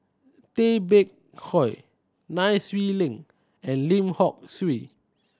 Tay Bak Koi Nai Swee Leng and Lim Hock Siew